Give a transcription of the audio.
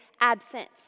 absent